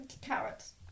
carrots